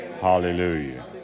Hallelujah